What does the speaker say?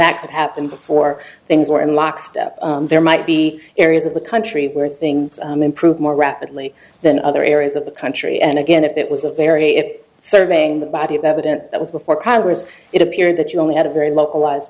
that happened before things were in lockstep there might be areas of the country where things improve more rapidly than other areas of the country and again it was a very it surveying the body of evidence that was before congress it appeared that you only had a very localized